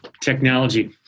Technology